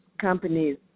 companies